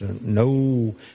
No